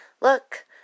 look